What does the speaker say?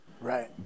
right